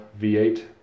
V8